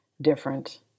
different